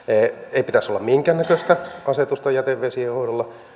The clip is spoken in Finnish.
ei pitäisi olla minkäännäköistä asetusta jätevesien hoidolla